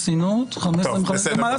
חסינות, 15/15, התגברות.